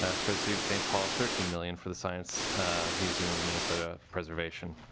ah for sort of st. paul thirteen million for the science museum of minnesota preservation.